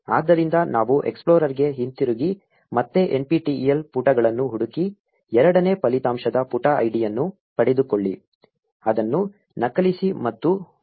ಆದ್ದರಿಂದ ನಾವು ಎಕ್ಸ್ಪ್ಲೋರರ್ಗೆ ಹಿಂತಿರುಗಿ ಮತ್ತೆ NPTEL ಪುಟಗಳನ್ನು ಹುಡುಕಿ ಎರಡನೇ ಫಲಿತಾಂಶದ ಪುಟ ID ಅನ್ನು ಪಡೆದುಕೊಳ್ಳಿ ಅದನ್ನು ನಕಲಿಸಿ ಮತ್ತು ಉಲ್ಲೇಖದಲ್ಲಿ ಅಂಟಿಸಿ